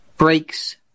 Breaks